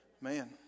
Man